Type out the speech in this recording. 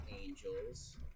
angels